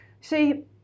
See